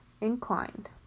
inclined